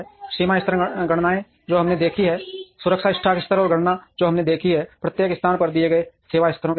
सीमा स्तर गणनाएँ जो हमने देखी हैं सुरक्षा स्टॉक स्तर और गणनाएँ जो हमने देखी हैं प्रत्येक स्थान पर दिए गए सेवा स्तरों के आधार पर